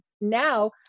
now